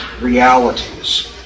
realities